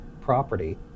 property